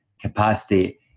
capacity